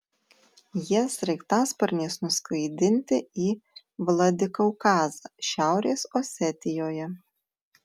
jie sraigtasparniais nuskraidinti į vladikaukazą šiaurės osetijoje